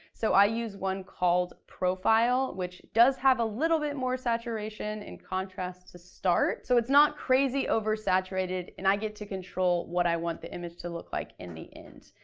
so i use one called profile, which does have a little bit more saturation and contrast to start, so it's not crazy oversaturated, and i get to control what i want the image to look like in the end.